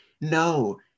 No